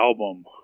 album